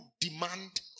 demand